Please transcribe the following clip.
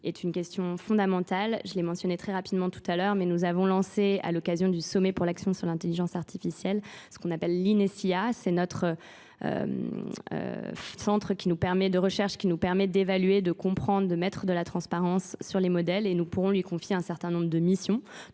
est une question fondamentale. Je l'ai mentionné très rapidement tout à l'heure mais nous avons lancé à l'occasion du Sommet pour l'action sur l'intelligence artificielle ce qu'on appelle l'INESIA. C'est notre centre de recherche qui nous permet d'évaluer, de comprendre, de mettre de la transparence sur les modèles et nous pourrons lui confier un certain nombre de missions.